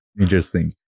interesting